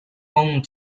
home